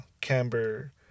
camber